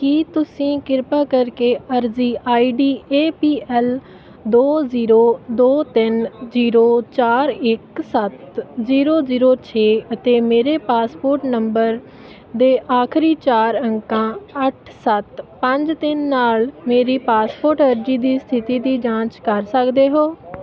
ਕੀ ਤੁਸੀਂ ਕਿਰਪਾ ਕਰਕੇ ਅਰਜ਼ੀ ਆਈਡੀ ਏ ਪੀ ਐਲ ਦੋ ਜੀਰੋ ਦੋ ਤਿੰਨ ਜੀਰੋ ਚਾਰ ਇੱਕ ਸੱਤ ਜੀਰੋ ਜੀਰੋ ਛੇ ਅਤੇ ਮੇਰੇ ਪਾਸਪੋਰਟ ਨੰਬਰ ਦੇ ਆਖਰੀ ਚਾਰ ਅੰਕਾਂ ਅੱਠ ਸੱਤ ਪੰਜ ਤਿੰਨ ਨਾਲ ਮੇਰੀ ਪਾਸਪੋਰਟ ਅਰਜ਼ੀ ਦੀ ਸਥਿਤੀ ਦੀ ਜਾਂਚ ਕਰ ਸਕਦੇ ਹੋ